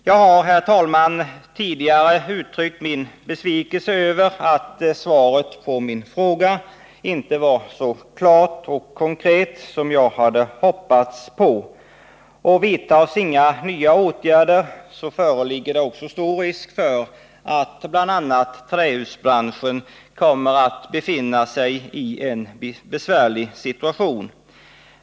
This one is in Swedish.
Jag har, herr talman, tidigare uttryckt min besvikelse över att svaret på min fråga inte var så klart och konkret som jag hade hoppats. Vidtas inga nya åtgärder föreligger också stor risk för att bl.a. trähusbranschen kommer att råka in i en besvärlig situation.